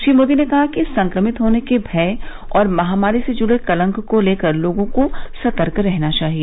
श्री मोदी ने कहा कि संक्रमित होने के भय और महामारी से जुड़े कलंक को लेकर लोगों को सतर्क रहना चाहिए